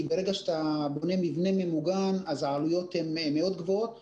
כי ברגע שאתה בונה מבנה ממוגן העלויות הן גבוהות מאוד.